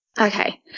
okay